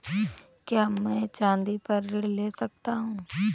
क्या मैं चाँदी पर ऋण ले सकता हूँ?